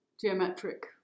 Geometric